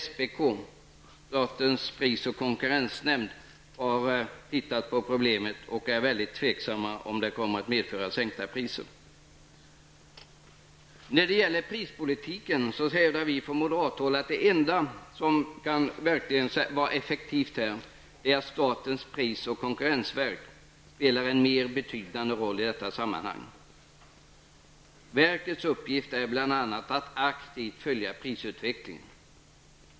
SPK, dvs. statens pris och konkurrensverk, har studerat problemet och ställt sig tveksamt till om förslaget kommer att medföra sänkta priser. När det gäller prispolitiken hävdar vi från moderat håll att det enda effektiva är att SPK spelar en mer betydande roll i detta sammanhang. Verkets uppgift är bl.a. att aktivt följa prisutvecklingen.